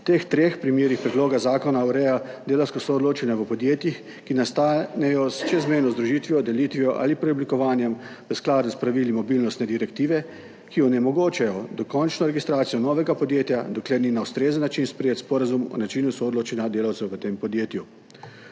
V teh treh primerih predlog zakona ureja delavsko soodločanje v podjetjih, ki nastanejo s čezmejno združitvijo, delitvijo ali preoblikovanjem v skladu s pravili mobilnostne direktive, ki onemogočajo dokončno registracijo novega podjetja, dokler ni na ustrezen način sprejet sporazum o načinu soodločanja delavcev v tem podjetju.